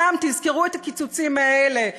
שם תזכרו את הקיצוצים האלה,